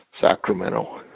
Sacramento